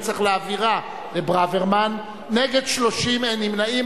וצריך להעביר לברוורמן, נגד, 30, אין נמנעים.